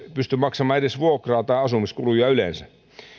pysty maksamaan edes vuokraa tai asumiskuluja yleensä